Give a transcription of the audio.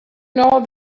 know